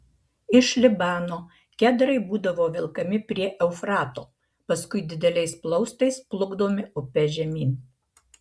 iš libano kedrai būdavo velkami prie eufrato paskui dideliais plaustais plukdomi upe žemyn